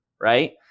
right